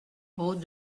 route